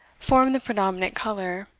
formed the predominant colour,